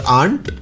aunt